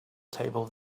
table